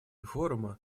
форума